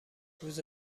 روز